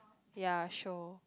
ya sure